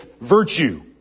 virtue